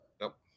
nope